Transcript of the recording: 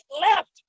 left